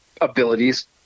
abilities